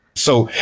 so,